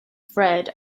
fred